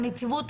הנציבות,